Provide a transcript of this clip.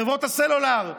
חברות הסלולר,